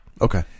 Okay